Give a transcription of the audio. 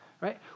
Right